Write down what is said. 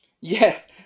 Yes